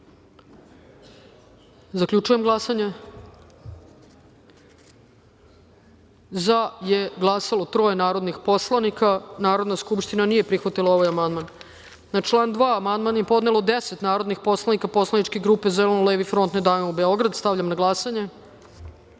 amandman. Zaključujem glasanje: za je glasalo troje narodnih poslanika. Narodna skupština nije prihvatila ovaj amandman. Na član 2. amandman je podnelo 10 narodnih poslanika Poslaničke grupe Zeleno-levi front – Ne davimo Beograd. Stavljam na glasanje